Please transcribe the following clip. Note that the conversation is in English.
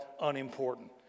unimportant